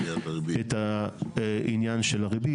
את העניין של הריבית,